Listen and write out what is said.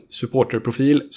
supporterprofil